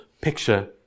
picture